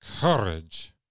Courage